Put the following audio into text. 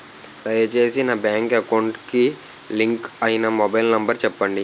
దయచేసి నా bank account కి లింక్ అయినా మొబైల్ నంబర్ చెప్పండి